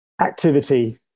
activity